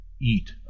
eat